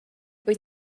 wyt